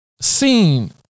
seen